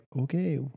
okay